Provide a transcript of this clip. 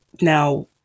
Now